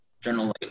general